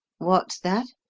what's that?